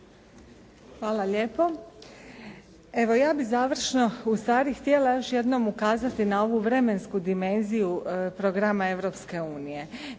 Hvala lijepo. Evo ja bih u završno u stvari htjela još jednom ukazati na ovu vremensku dimenziju programa